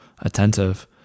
attentive